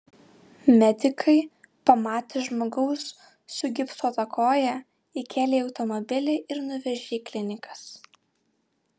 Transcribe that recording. medikai pamatę žmogaus sugipsuotą koją įkėlė į automobilį ir nuvežė į klinikas